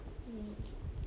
mm